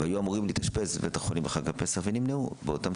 והיו אמורים להתאשפז בבית החולים בחג הפסח ונמנעו באותו